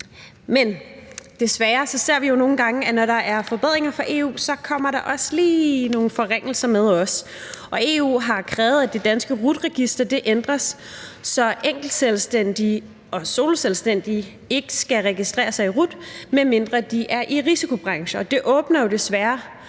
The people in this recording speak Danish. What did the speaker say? Men desværre ser vi jo nogle gange, at når der er forbedringer fra EU-regler, kommer der også lige nogle forringelser med. Og EU har krævet, af det danske RUT-register ændres, så enkeltselvstændige eller soloselvstændige ikke skal registrere sig i RUT-registeret, medmindre de er i risikobrancher. Og det åbner jo desværre